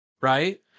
Right